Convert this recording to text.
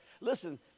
listen